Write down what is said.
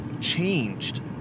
changed